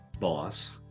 boss